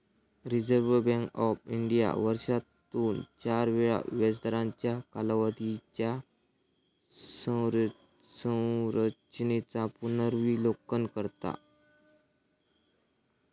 reserve bank of India वर्षातून चार वेळा व्याजदरांच्या कालावधीच्या संरचेनेचा पुनर्विलोकन करता